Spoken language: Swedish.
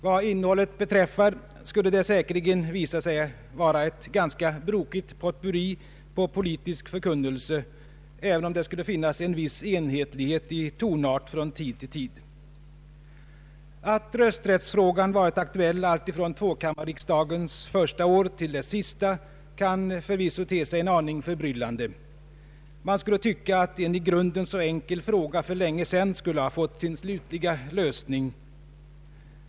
Vad innehållet beträffar skulle det säkerligen visa sig vara ett ganska brokigt potpurri av politisk förkunnelse, även om det skulle finnas en viss enhetlighet i tonart från tid till tid. Att rösträttsfrågan varit aktuell alltifrån tvåkammarriksdagens första år till dess sista kan förvisso te sig en aning förbryllande. Man skulle å ena sidan tycka att en i grunden så enkel fråga för länge sedan skulle ha fått sin slutliga lösning.